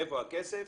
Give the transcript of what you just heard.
איפה הכסף?